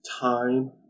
time